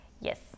yes